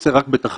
ועוצר רק בתחנות,